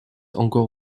encore